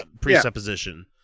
presupposition